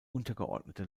untergeordnete